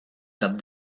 cap